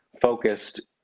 focused